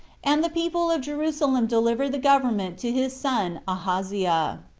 and the people of jerusalem delivered the government to his son ahaziah.